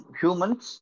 humans